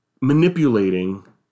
manipulating